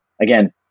again